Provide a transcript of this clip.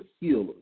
healer